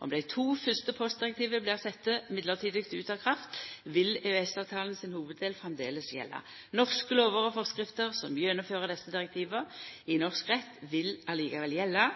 Om dei to fyrste postdirektiva blir sette mellombels ut av kraft, vil EØS-avtalen sin hovuddel framleis gjelda. Norske lover og forskrifter som gjennomfører desse direktiva i norsk rett, vil likevel gjelda